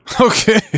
Okay